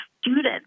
students